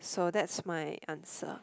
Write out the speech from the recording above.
so that's my answer